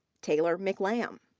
taylor mclamb.